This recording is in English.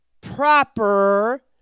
proper